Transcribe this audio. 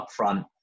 upfront